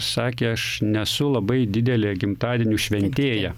sakė aš nesu labai didelė gimtadienių švetnėja